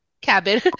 Cabin